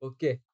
Okay